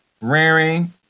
rearing